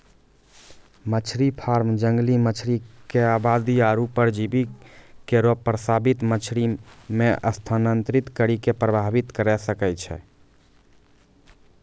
मछरी फार्म जंगली मछरी क आबादी आरु परजीवी केरो प्रवासित मछरी म स्थानांतरित करि कॅ प्रभावित करे सकै छै